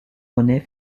monnaies